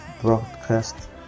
broadcast